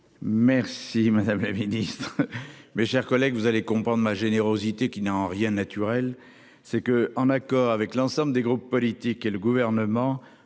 Merci, madame la Ministre. Mes chers collègues, vous allez comprendre ma générosité qui n'a en rien naturel c'est que, en accord avec l'ensemble des groupes politiques et le gouvernement.